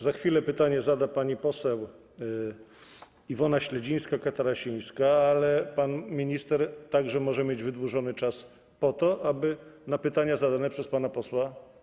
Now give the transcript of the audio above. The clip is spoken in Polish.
Za chwilę pytanie zada pani poseł Iwona Śledzińska-Katarasińska, ale pan minister także może mieć wydłużony czas po to, aby móc odpowiedzieć na pytania zadane przez pana posła.